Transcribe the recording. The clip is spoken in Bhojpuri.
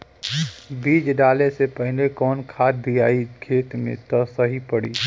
बीज डाले से पहिले कवन खाद्य दियायी खेत में त सही पड़ी?